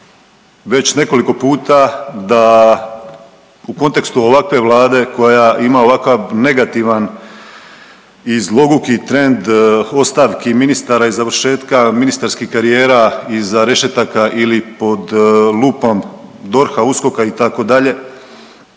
već nekoliko puta da u kontekstu ovakve Vlade koja ima ovakav negativan i zloguki trend ostavki ministara i završetka ministarskih karijera iza rešetaka ili pod lupom DORH-a, USKOK-a itd.,